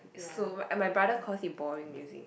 it's slow and my brother calls it boring you see